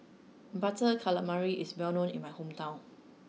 Butter Calamari is well known in my hometown